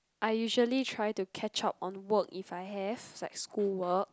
I usually try to catch up on work if I have like school work